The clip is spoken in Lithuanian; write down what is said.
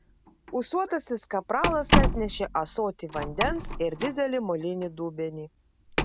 ūsuotasis kapralas atnešė ąsotį vandens ir didelį molinį dubenį